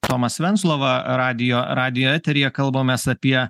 tomas venclova radijo radijo eteryje kalbamės apie